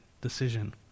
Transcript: decision